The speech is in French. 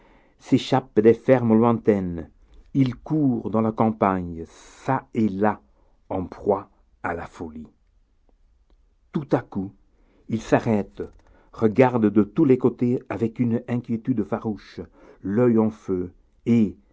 s'échappent des fermes lointaines ils courent dans la campagne çà et là en proie à la folie tout à coup ils s'arrêtent regardent de tous les côtés avec une inquiétude farouche l'oeil en feu et